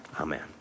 amen